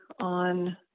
on